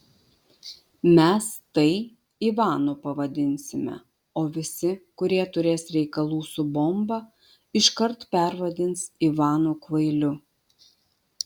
mes tai ivanu pavadinsime o visi kurie turės reikalų su bomba iškart pervadins ivanu kvailiu